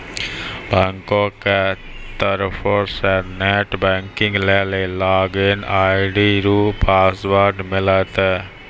बैंको के तरफो से नेट बैंकिग लेली लागिन आई.डी आरु पासवर्ड मिलतै